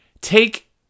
take